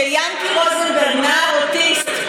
נער אוטיסט,